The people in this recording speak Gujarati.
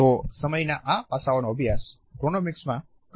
તો સમયના આ પાસાઓનો અભ્યાસ ક્રોનિમિક્સમાં કરવામાં આવશે